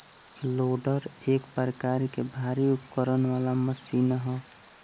loader एक प्रकार के भारी उपकरण वाला मशीन ह